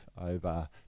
over